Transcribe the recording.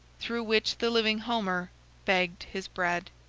through which the living homer begged his bread.